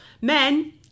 Men